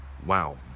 Wow